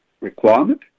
requirement